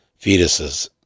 fetuses